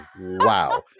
wow